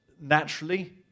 naturally